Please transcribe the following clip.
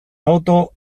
toto